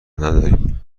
نداریم